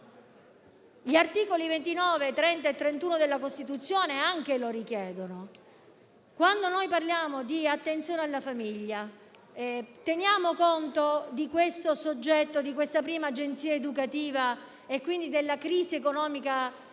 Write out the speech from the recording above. dagli articoli 29, 30 e 31 della Costituzione. Quando noi parliamo di attenzione alla famiglia, teniamo conto di questo soggetto, di questa prima agenzia educativa e, quindi, della crisi economica a